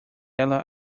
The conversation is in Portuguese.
ela